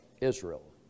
Israel